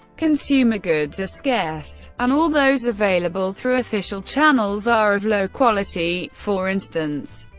consumer goods are scarce, and all those available through official channels are of low quality for instance,